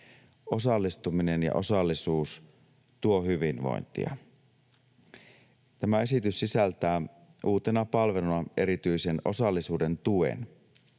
Osallistuminen ja osallisuus tuovat hyvinvointia. Tämä esitys sisältää uutena palveluna erityisen osallisuuden tuen.